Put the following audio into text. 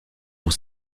pour